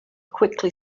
quickly